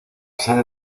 sede